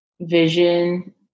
vision